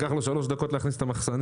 לקח לו 3 דקות להכניס את המחסנית.